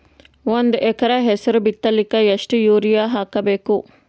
ಒಂದ್ ಎಕರ ಹೆಸರು ಬಿತ್ತಲಿಕ ಎಷ್ಟು ಯೂರಿಯ ಹಾಕಬೇಕು?